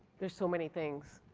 there's so many things.